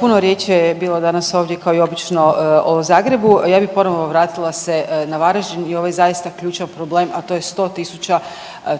Puno riječi je bilo danas ovdje kao i obično o Zagrebu, a ja bi ponovo vratila se na Varaždin i ovaj zaista ključan problem, a to je 100.000